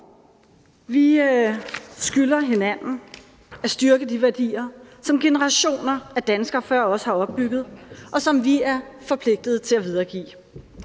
Vi skylder hinanden at styrke de værdier, som generationer af danskere før os har opbygget, og som vi er forpligtet til at videregive.